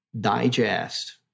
digest